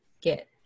get